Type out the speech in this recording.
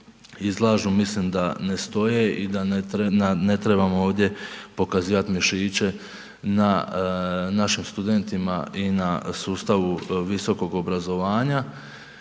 izlažu mislim da ne stoje i da ne trebamo ovdje pokazivati mišiće na našim studentima i na sustavu visokog obrazovanja